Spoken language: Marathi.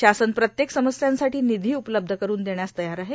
शासन प्रत्येक समस्यांसाठो निधी उपलब्ध करून देण्यास तयार आहे